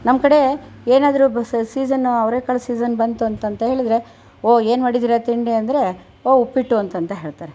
ನಮ್ಮ ಕಡೆ ಏನಾದ್ರು ಸೀಸನ್ನು ಅವರೆಕಾಳು ಸೀಸನ್ನು ಬಂತು ಅಂತಂತ ಹೇಳಿದರೆ ಓ ಏನುಮಾಡಿದಿರ ತಿಂಡಿ ಅಂದರೆ ಓ ಉಪ್ಪಿಟ್ಟು ಅಂತಂತ ಹೇಳುತ್ತಾರೆ